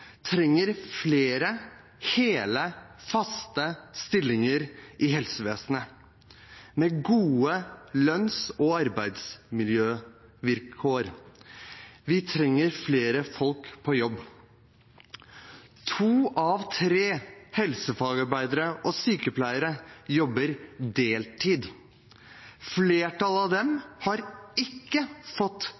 trenger flere hele, faste stillinger i helsevesenet, med gode lønns- og arbeidsvilkår. Vi trenger flere folk på jobb. To av tre helsefagarbeidere og sykepleiere jobber deltid. Flertallet av dem har ikke fått